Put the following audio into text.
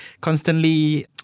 constantly